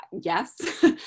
yes